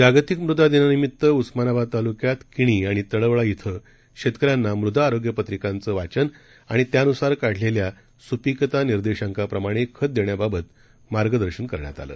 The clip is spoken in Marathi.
जागतिकमृदादिनानिमितउस्मानाबादतालुक्यातकिणीआणितडवळाइथंशेतकऱ्यांनामृ दाआरोग्यपत्रिकांचंवाचनआणित्यानुसारकाढलेल्यासुपीकतानिर्देशांकाप्रमाणेखतदेण्याबाबतमा र्गदर्शनकरण्यातआलं